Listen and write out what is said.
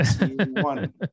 one